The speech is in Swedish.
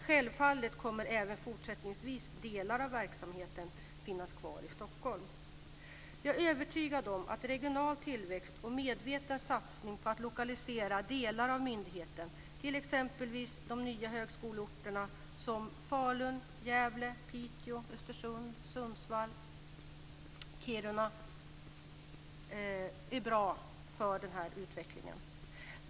Självfallet kommer även fortsättningsvis delar av verksamheten att finnas kvar i Stockholm. Jag är övertygad om att regional tillväxt och en medveten satsning på att lokalisera delar av myndigheten t.ex. vid de nya högskoleorterna Falun, Gävle, Piteå, Östersund, Sundsvall och Kiruna är bra för denna utveckling.